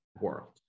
world